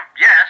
Yes